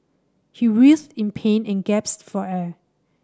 he writhed in pain and gasped for air